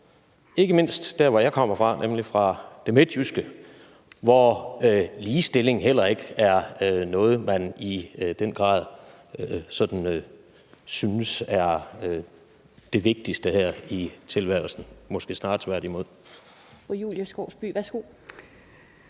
ikke mindst der, hvor jeg kommer fra, nemlig det midtjyske, hvor ligestilling heller ikke er noget, man i den grad sådan synes er det vigtigste her i tilværelsen, måske snarere tværtimod.